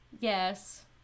Yes